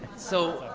so,